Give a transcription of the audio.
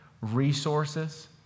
resources